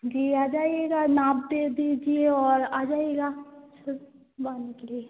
जी आ जाइएगा नाप दे दीजिए और आ जाइएगा सिलवाने के लिए